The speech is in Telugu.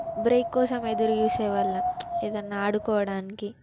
బ్రేక్ కోసం ఎదురు చూసే వాళ్ళం ఏదన్నా ఆడుకోవడానికి